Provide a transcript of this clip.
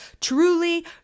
truly